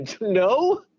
no